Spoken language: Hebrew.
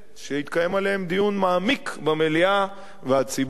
יתקיים עליהן דיון מעמיק במליאה והציבור ישפוט.